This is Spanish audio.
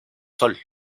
sol